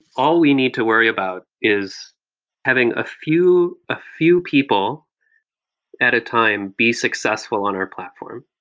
all we need to worry about is having a few a few people at a time be successful on our platform.